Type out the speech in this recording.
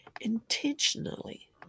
intentionally